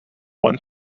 one